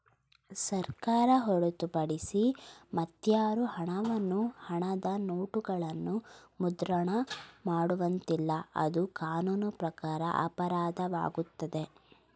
ಸರ್ಕಾರ ಹೊರತುಪಡಿಸಿ ಮತ್ಯಾರು ಹಣವನ್ನು ಹಣದ ನೋಟುಗಳನ್ನು ಮುದ್ರಣ ಮಾಡುವಂತಿಲ್ಲ, ಅದು ಕಾನೂನು ಪ್ರಕಾರ ಅಪರಾಧವಾಗುತ್ತದೆ